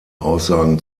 aussagen